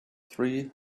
three